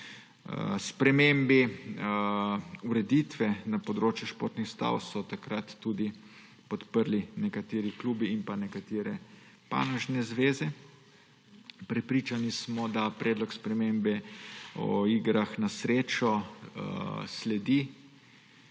Spremembo ureditve na področju športnih stav so takrat podprli tudi nekateri klubi in nekatere panožne zveze. Prepričani smo, da predlog spremembe Zakona o igrah na srečo sledi